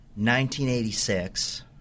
1986